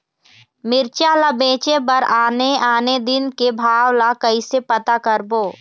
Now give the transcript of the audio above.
मिरचा ला बेचे बर आने आने दिन के भाव ला कइसे पता करबो?